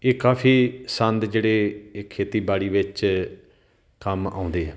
ਇਹ ਕਾਫੀ ਸੰਦ ਜਿਹੜੇ ਇਹ ਖੇਤੀਬਾੜੀ ਵਿੱਚ ਕੰਮ ਆਉਂਦੇ ਆ